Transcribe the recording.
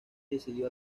decidió